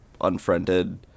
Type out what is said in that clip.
unfriended